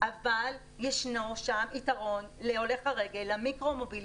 אבל ישנו שם יתרון להולך הרגל, למיקרו-מוביליטי.